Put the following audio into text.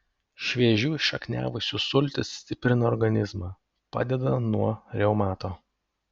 šviežių šakniavaisių sultys stiprina organizmą padeda nuo reumato